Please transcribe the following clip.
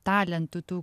talentų tų